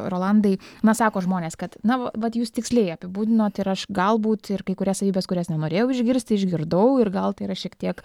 rolandai na sako žmonės kad na vat jūs tiksliai apibūdinot ir aš galbūt ir kai kurias savybes kurias nenorėjau išgirsti išgirdau ir gal tai yra šiek tiek